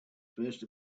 first